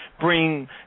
bring